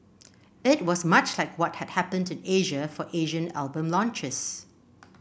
it was much like what had happened in Asia for Asian album launches